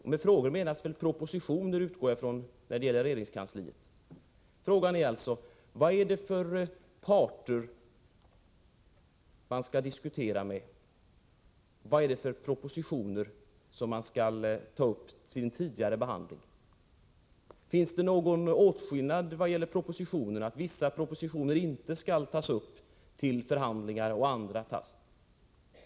När det gäller regeringskansliet utgår jag ifrån att med frågor menas propositioner. Jag frågar alltså: Vilka parter skall man diskutera med? Vilka propositioner skall man ta upp till tidigare behandling? Görs det någon åtskillnad mellan propositionerna, så att vissa propositioner inte skall tas upp till behandling medan andra skall tas upp?